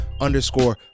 underscore